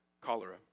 cholera